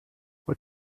what